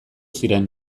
ziren